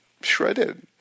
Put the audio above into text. shredded